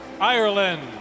Ireland